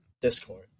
Discord